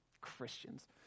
Christians